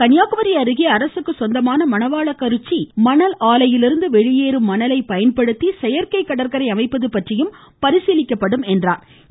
கன்னியாகுமரி அருகே அரசுக்கு சொந்தமான மணவாளக்குறிச்சி மணல் ஆலையிலிருந்து வெளியேறும் மணலை பயன்படுத்தி செயற்கை கடற்கரை அமைப்பது பற்றியும் பரிசீலிக்கப்படும் என்றும் அவர் கூறினார்